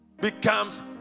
Becomes